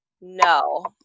No